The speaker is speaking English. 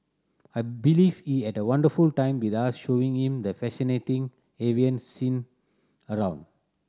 I believe he had a wonderful time with us showing him the fascinating avian scene around